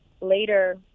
later